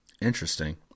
Interesting